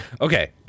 okay